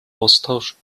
austausch